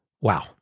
Wow